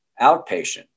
outpatient